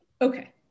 Okay